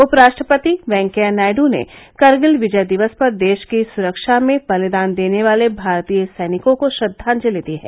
उपराष्ट्रपति वेंकैया नायड् ने करगिल विजय दिवस पर देश की सुरक्षा में बलिदान देने वाले भारतीय सैनिकों को श्रद्वांजलि दी है